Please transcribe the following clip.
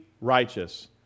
righteous